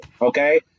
okay